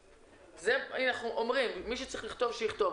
הנה, אנחנו אומרים ומי שצריך לכתוב שיכתוב: